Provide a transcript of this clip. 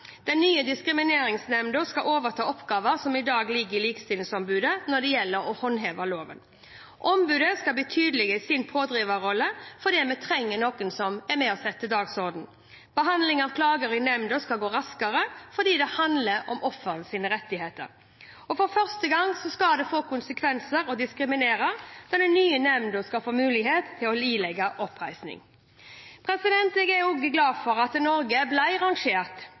Den nye diskrimineringsnemnda skal overta oppgaver som i dag ligger til Likestillingsombudet når det gjelder å håndheve loven. Ombudet skal bli tydeligere i sin pådriverrolle, fordi vi trenger noen som er med og setter dagsorden. Behandlingen av klager i nemnda skal gå raskere, fordi det handler om ofrenes rettigheter. Og for første gang skal det få konsekvenser å diskriminere, da den nye nemnda skal få myndighet til å ilegge oppreisning. Jeg er også glad for at Norge i år ble rangert